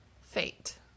fate